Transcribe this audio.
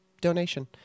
donation